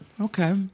Okay